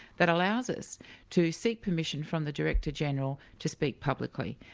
that allows us to seek permission form the director-general to speak publicly,